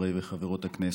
חברי וחברות הכנסת,